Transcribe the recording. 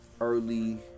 early